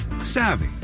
savvy